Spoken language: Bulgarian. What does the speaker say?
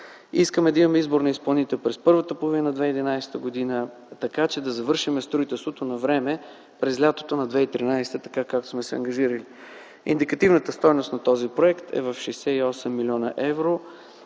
Искаме да имаме избор на изпълнител през първата половина на 2011 г., така че да завършим строителството навреме – през лятото на 2013 г., както сме се ангажирали. Индикативната стойност на този проект е 68 млн. евро.